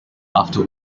after